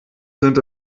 sind